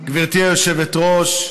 גברתי היושבת-ראש,